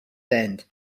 end